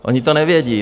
Oni to nevědí.